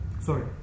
Sorry